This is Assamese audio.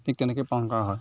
ঠিক তেনেকৈ পালন কৰা হয়